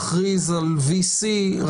דווקא בהכרזה זה כמו תקנות רגילות.